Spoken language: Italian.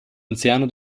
anziano